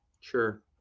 Sure